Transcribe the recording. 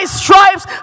stripes